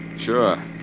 Sure